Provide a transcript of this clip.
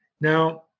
now